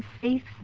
faith